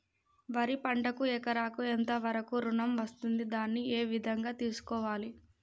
వరి పంటకు ఎకరాకు ఎంత వరకు ఋణం వస్తుంది దాన్ని ఏ విధంగా తెలుసుకోవాలి?